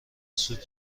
سود